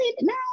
Now